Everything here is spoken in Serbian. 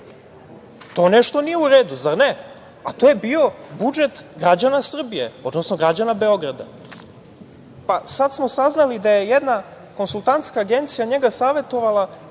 To nešto nije u redu, zar ne? To je bio budžet građana Srbije, odnosno građana Beograda. Sad smo saznali da je jedna konsultantska agencija njega savetovala,